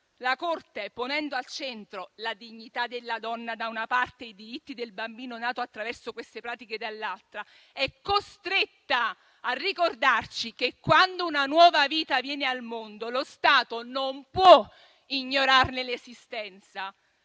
La Corte, ponendo al centro la dignità della donna, da una parte, e i diritti del bambino nato attraverso queste pratiche, dall'altra, è costretta a ricordarci che, quando una nuova vita viene al mondo, lo Stato non può ignorarne l'esistenza.